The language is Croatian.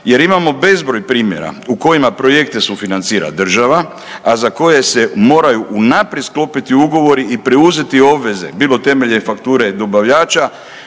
jer imamo bezbroj primjera u kojima projekte sufinancira država, a za koje se moraju unaprijed sklopiti ugovori i preuzeti obveze bilo temeljem fakture dobavljača